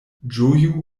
ĝoju